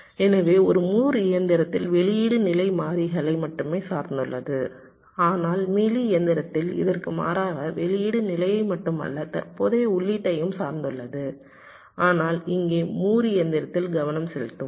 எனவே ஒரு மூர் இயந்திரத்தில் வெளியீடு நிலை மாறிகளை மட்டுமே சார்ந்துள்ளது ஆனால் மீலி இயந்திரத்தில் இதற்கு மாறாக வெளியீடு நிலையை மட்டுமல்ல தற்போதைய உள்ளீட்டையும் சார்ந்துள்ளது ஆனால் இங்கே மூர் இயந்திரத்தில் கவனம் செலுத்துவோம்